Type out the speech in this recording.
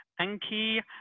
Anki